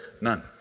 None